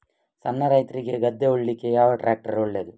ಸಣ್ಣ ರೈತ್ರಿಗೆ ಗದ್ದೆ ಉಳ್ಳಿಕೆ ಯಾವ ಟ್ರ್ಯಾಕ್ಟರ್ ಒಳ್ಳೆದು?